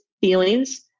feelings